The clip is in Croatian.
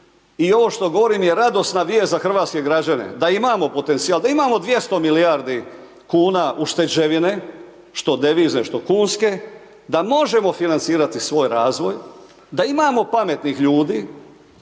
i ovo što govorim je radosna vijest za hrvatske građane, da imamo potencijal, da imamo 200 milijardi kuna ušteđevine, što devizne, što kunske, da možemo financirati svoj razvoj, da imamo pametnih ljudi,